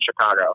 Chicago